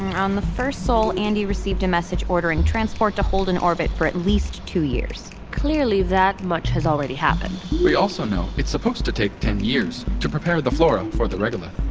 on the first sol, sol, andi received a message ordering transports to hold in orbit for at least two years clearly that much has already happened we also know it's supposed to take ten years to prepare the flora for the regolith uhh,